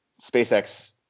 SpaceX